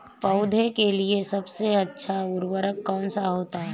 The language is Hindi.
पौधे के लिए सबसे अच्छा उर्वरक कौन सा होता है?